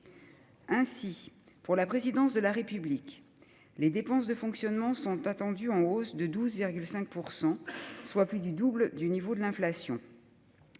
Ainsi, pour la présidence de la République, les dépenses de fonctionnement sont attendues en hausse de 12,5 %, soit plus du double du niveau de l'inflation.